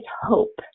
hope